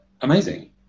amazing